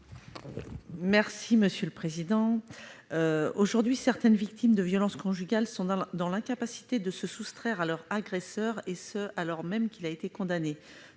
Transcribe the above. Mme Annick Billon. Aujourd'hui, certaines victimes de violences conjugales sont dans l'incapacité de se soustraire à leur agresseur, et ce alors même qu'il a été condamné,